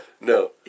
No